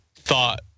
thought